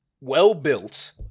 well-built